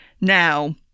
Now